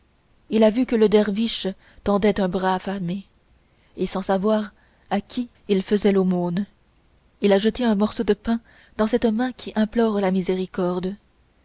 il a vu que le derviche tendait un bras affamé et sans savoir à qui il faisait l'aumône il a jeté un morceau de pain dans cette main qui implore la miséricorde